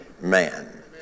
man